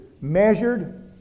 measured